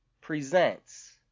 presents